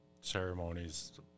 ceremonies